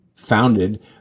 founded